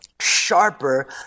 Sharper